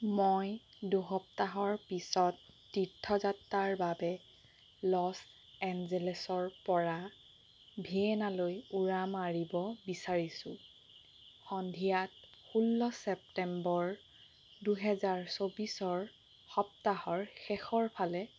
মই দুসপ্তাহৰ পিছত তীৰ্থযাত্ৰাৰ বাবে লছ এঞ্জেলেছৰ পৰা ভিয়েনালৈ উৰা মাৰিব বিচাৰিছোঁ সন্ধিয়াত ষোল্ল ছেপ্টেম্বৰ দুহেজাৰ চৌব্বিছৰ সপ্তাহৰ শেষৰ ফালে